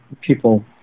people